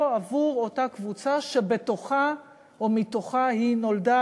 עבור אותה קבוצה שבתוכה או מתוכה היא נולדה,